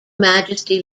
majesty